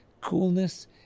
coolness